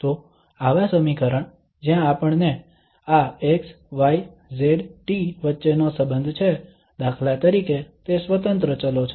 તો આવા સમીકરણ જ્યાં આપણને આ x y z t વચ્ચેનો સંબંધ છે દાખલા તરીકે તે સ્વતંત્ર ચલો છે